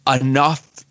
enough